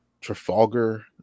Trafalgar